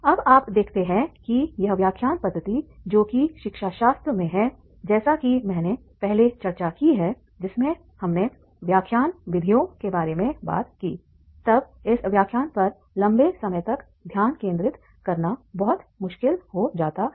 अब आप देखते हैं कि यह व्याख्यान पद्धति जो कि शिक्षाशास्त्र में है जैसा कि मैंने पहले चर्चा की है जिसमें हमने व्याख्यान विधियों के बारे में बात की तब इस व्याख्यान पर लंबे समय तक ध्यान केंद्रित करना बहुत मुश्किल हो जाता है